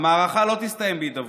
המערכה לא תסתיים בהידברות,